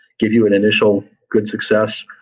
give you an initial good success,